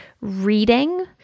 reading